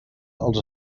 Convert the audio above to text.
els